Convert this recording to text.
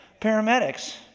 Paramedics